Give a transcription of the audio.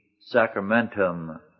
sacramentum